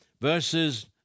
verses